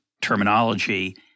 terminology